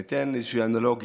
אני אתן איזו אנלוגיה